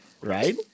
right